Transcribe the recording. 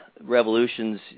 revolutions